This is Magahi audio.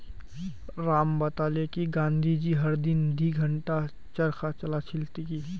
राम बताले कि गांधी जी हर दिन दी घंटा चरखा चला छिल की